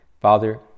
father